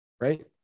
Right